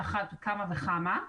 על אחת כמה וכמה.